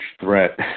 threat